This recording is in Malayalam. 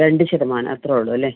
രണ്ട് ശതമാനം അത്രയും ഉള്ളു അല്ലേ